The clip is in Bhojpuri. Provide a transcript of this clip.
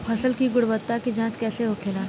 फसल की गुणवत्ता की जांच कैसे होखेला?